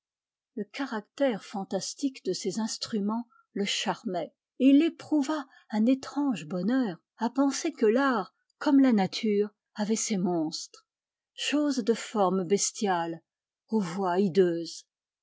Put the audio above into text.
le caractère fantastique de ces instruments le charmait et il éprouva un étrange bonheur à penser que l'art comme la nature avait ses monstres choses de formes bestiales aux voix